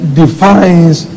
defines